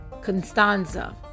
Constanza